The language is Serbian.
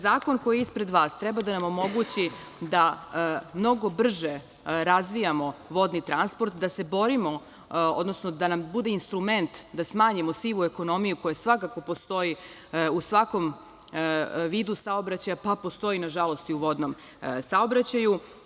Zakon koji je ispred vas treba da nam omogući da mnogo brže razvijamo vodni transport, da se borimo, odnosno da nam bude instrument da smanjimo sivu ekonomiju koja svakako postoji u svakom vidu saobraćaja, pa postoji nažalost i u vodnom saobraćaju.